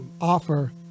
offer